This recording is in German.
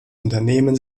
unternehmen